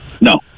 No